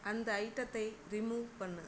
அந்த ஐட்டத்தை ரிமூவ் பண்ணு